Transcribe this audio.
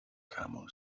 camel